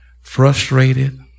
frustrated